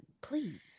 please